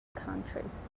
countries